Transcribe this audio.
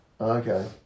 okay